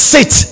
Sit